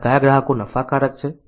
અમારા કયા ગ્રાહકો નફાકારક છે